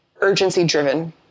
urgency-driven